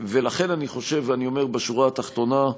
לכן אני חושב, ואני אומר בשורה התחתונה,